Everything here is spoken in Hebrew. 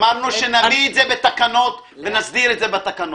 אמרנו שנביא את זה בתקנות ונסדיר את זה בתקנות.